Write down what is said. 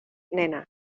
nena